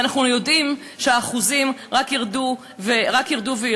ואנחנו יודעים שהאחוזים רק ירדו וירדו.